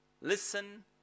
listen